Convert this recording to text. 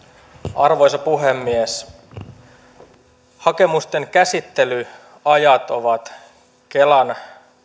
arvoisa puhemies hakemusten käsittelyajat ovat kelan